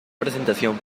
presentación